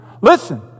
Listen